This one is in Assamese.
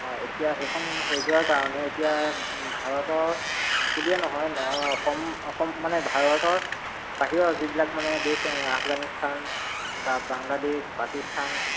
অঁ এতিয়া সেইখন হৈ যোৱাৰ কাৰণে এতিয়া ভাৰতৰ বুলিয়ে নহয় অসম অসম মানে ভাৰতৰ বাহিৰৰ যিবিলাক মানে দেশ আফগানিস্থান তাৰপৰা বাংলাদেশ পাকিস্তান